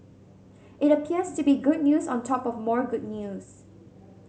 it appears to be good news on top of more good news